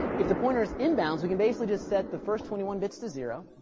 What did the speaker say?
if the pointer's in bounds, we can basically just set the first twenty one bits to zero.